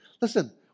Listen